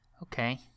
Okay